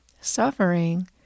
suffering